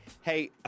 Hey